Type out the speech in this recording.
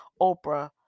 Oprah